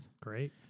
Great